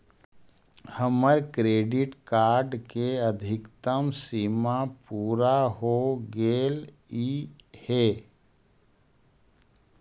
हमर credit card के अधिकतम सीमा पूरा हो गेलई हे